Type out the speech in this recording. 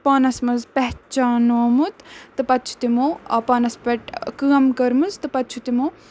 پانَس منٛز پہچھانومُت تہٕ پَتہٕ چھُ تِمو پانَس پٮ۪ٹھ کٲم کٔرمٕژ تہٕ پَتہٕ چھُ تِمو